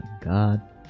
God